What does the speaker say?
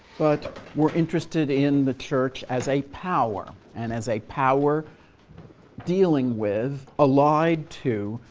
but we're interested in the church as a power and as a power dealing with, allied to,